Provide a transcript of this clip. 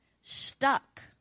stuck